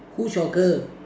who's your girl